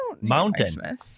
mountain